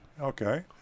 Okay